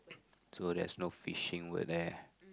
so there's no fishing were there